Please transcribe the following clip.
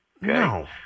No